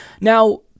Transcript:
now